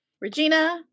Regina